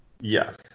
Yes